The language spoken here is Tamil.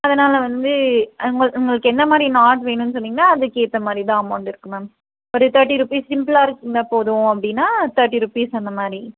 அதனால் வந்து உங்களுக்கு என்ன மாதிரி நாட் வேணும்ன்னு சொன்னிங்கன்னா அதுக்கேற்ற மாதிரி தான் அமௌண்ட் இருக்கும் மேம் ஒரு தேர்ட்டி ருப்பீஸ் சிம்பிளாக இருந்தால் போதும் அப்படின்னா தேர்ட்டி ருப்பீஸ் அந்த மாதிரி